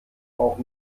auch